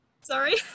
sorry